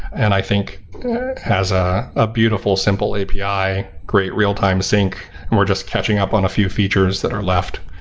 and i think it has a a beautiful simple api, great real-time sync and we're just catching up on a few features that are left.